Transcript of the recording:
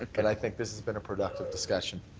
but i think this has been a productive discussion.